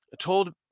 told